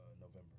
November